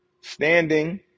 standing